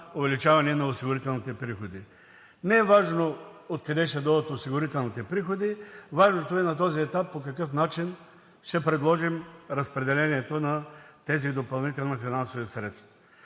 увеличаване на осигурителните приходи. Не е важно откъде ще дойдат осигурителните приходи, важното е на този етап по какъв начин ще предложим разпределението на тези допълнителни финансови средства.